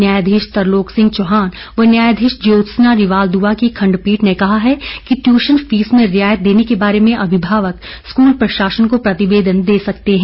न्यायाधीश तरलोक सिंह चौहान व न्यायाधीश ज्योत्सना रिवाल द्वआ की खंडपीठ ने कहा है कि ट्यूशन फीस में रियायत देने के बारे में अभिभावक स्कूल प्रशासन को प्रतिवेदन दे सकते हैं